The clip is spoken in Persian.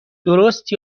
درست